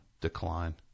Decline